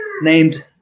named